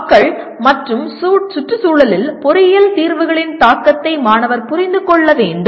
மக்கள் மற்றும் சுற்றுச்சூழலில் பொறியியல் தீர்வுகளின் தாக்கத்தை மாணவர் புரிந்து கொள்ள வேண்டும்